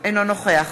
אינו נוכח